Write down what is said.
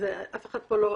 אף אחד פה לא,